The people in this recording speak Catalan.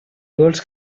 vols